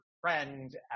friend